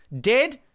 dead